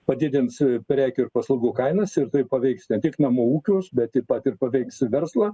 padidins prekių ir paslaugų kainas ir taip paveiks ne tik namų ūkius bet taip pat ir paveiks verslą